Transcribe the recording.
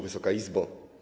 Wysoka Izbo!